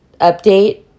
Update